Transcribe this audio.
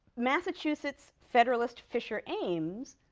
massachusetts federalist fisher ames,